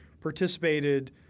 participated